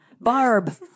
Barb